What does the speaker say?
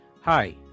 Hi